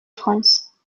france